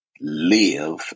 live